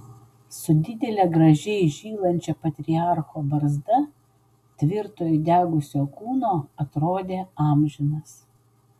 su didele gražiai žylančia patriarcho barzda tvirto įdegusio kūno atrodė amžinas